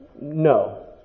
No